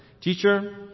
Teacher